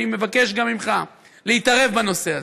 אני מבקש גם ממך להתערב בנושא הזה,